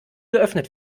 geöffnet